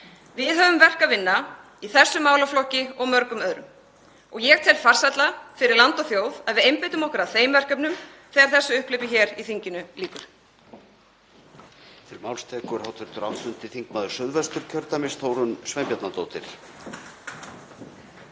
Við höfum verk að vinna í þessum málaflokki og mörgum öðrum. Ég tel farsælla fyrir land og þjóð að við einbeitum okkur að þeim verkefnum þegar þessu upphlaupi hér í þinginu lýkur.